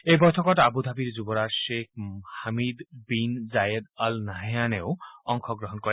এই বৈঠকত আবু ধাবিৰ যুৱৰাজ শ্বেখ হামিদবিন জায়েদ অল নাহানেও অংশগ্ৰহণ কৰে